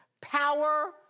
Power